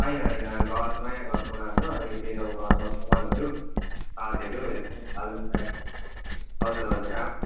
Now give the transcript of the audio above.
होइन होइन घर नयाँ घर बनाएको छ अनि त्यही अब घरमा सामानहरू काठहरू यसो पलङसलङ हजुर हजुर आफ्नो